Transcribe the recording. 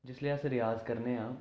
जिसलै अस रेयाज करने आं